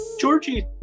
Georgie